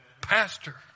Pastor